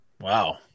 Wow